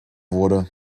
wurde